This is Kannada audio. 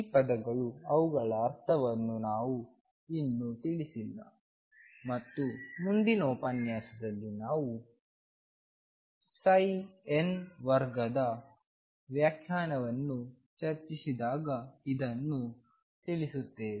ಈ ಪದಗಳು ಅವುಗಳ ಅರ್ಥವನ್ನು ನಾವು ಇನ್ನೂ ತಿಳಿಸಿಲ್ಲ ಮತ್ತು ಮುಂದಿನ ಉಪನ್ಯಾಸದಲ್ಲಿ ನಾವು psi n ವರ್ಗದ ವ್ಯಾಖ್ಯಾನವನ್ನು ಚರ್ಚಿಸಿದಾಗ ಇದನ್ನು ತಿಳಿಸುತ್ತೇವೆ